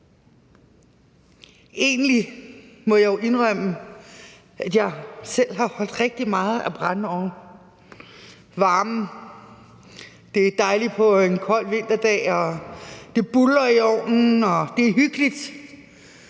Egentlig må jeg jo indrømme, at jeg selv har holdt rigtig meget af brændeovne. Varmen er dejlig på en kold vinterdag, når det buldrer i ovnen, og det er hyggeligt.